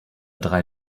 drei